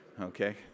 Okay